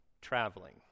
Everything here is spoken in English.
traveling